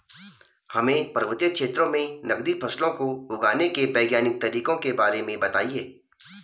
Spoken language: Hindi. हमें पर्वतीय क्षेत्रों में नगदी फसलों को उगाने के वैज्ञानिक तरीकों के बारे में बताइये?